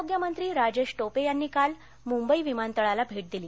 आरोग्यमंत्री राजेश टोपे यांनी काल मुंबई विमानतळाला भेट दिली